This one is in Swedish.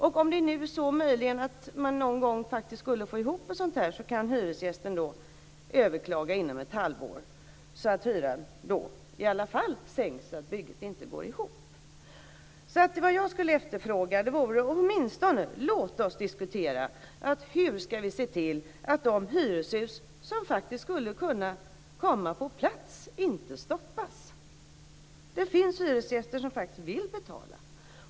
Om nu möjligen ett projekt skulle gå ihop kan hyresgästen överklaga inom ett halvår så att hyran i alla fall sänks så att bygget inte går ihop. Låt oss åtminstone diskutera. Hur ska vi se till att de hyreshus som skulle kunna komma på plats inte stoppas? Det finns hyresgäster som vill betala.